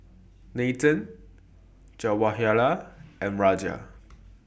Nathan Jawaharlal and Raja